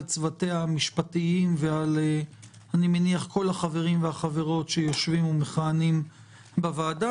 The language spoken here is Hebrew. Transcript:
על צוותיה המשפטיים ועל כל החברים והחברות שמכהנים בוועדה.